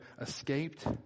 escaped